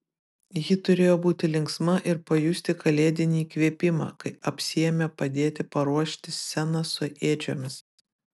ji turėjo būti linksma ir pajusti kalėdinį įkvėpimą kai apsiėmė padėti paruošti sceną su ėdžiomis